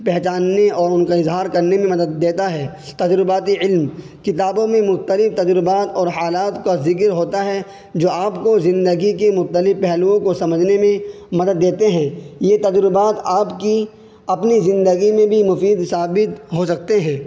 پہچاننے اور ان کا اظہار کرنے میں مدد دیتا ہے تجرباتی علم کتابوں میں مختلف تجربات اور حالات کا ذکر ہوتا ہے جو آپ کو زندگی کے مختلف پہلوؤں کو سمجھنے میں مدد دیتے ہیں یہ تجربات آپ کی اپنی زندگی میں بھی مفید ثابت ہو سکتے ہیں